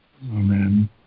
amen